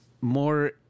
more